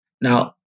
Now